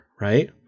right